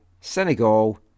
Senegal